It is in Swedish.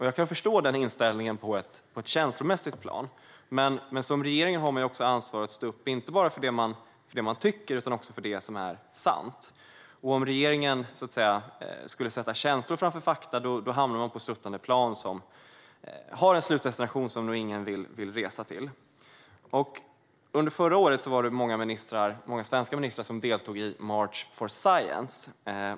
Jag kan förstå den inställningen på ett känslomässigt plan, men som regering har man ett ansvar att stå upp inte bara för det man tycker utan också för det som är sant. Om regeringen skulle sätta känslor framför fakta skulle man hamna på ett sluttande plan med en slutdestination som nog ingen vill resa till. Under förra året var det många svenska ministrar som deltog i March for Science.